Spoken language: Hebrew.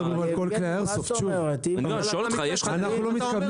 אבל אנחנו לא מדברים על כל כלי האיירסופט.